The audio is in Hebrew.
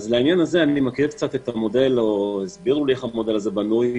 בעניין הזה אני מכיר קצת את המודל או הסבירו לי איך המודל הזה בנוי,